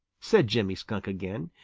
said jimmy skunk again.